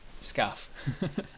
scarf